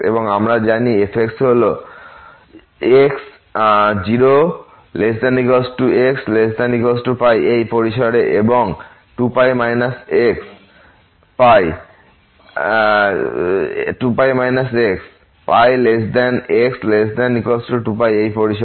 এবং আমরা জানি f হল x 0≤x≤π এই পরিসরে এবং 2π x π x≤2π এই পরিসরে